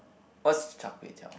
what's Char-Kway-Teow